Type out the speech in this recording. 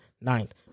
ninth